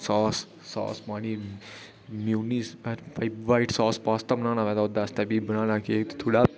sauce sauce पानी इम्यूनी white sauce pasta बनाना ओह्दे आस्तै भी बनाना केह् थोह्ड़ा